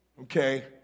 Okay